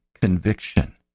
conviction